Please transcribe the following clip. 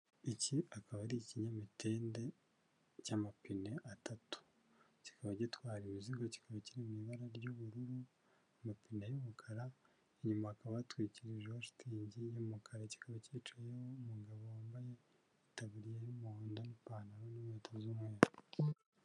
Iki akaba ari ikinyamitende cy'amapine atatu kikaba gitwara ibizigo kikaba kiri mu ibara ry'ubururu, amapine y'umukara, inyuma hakaba yatwikirijeho shitingi y'umukara, kikaba kicayeho umugabo wambaye itaburiya y'umuhondo, n'ipantaro n'inkweto z'umweru.